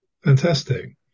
fantastic